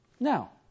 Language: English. Now